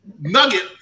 nugget